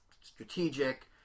strategic